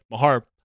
Mahar